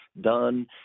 done